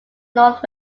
north